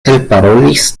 elparolis